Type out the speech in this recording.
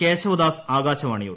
കേശവദാസ് ആകാശവാണിയോട്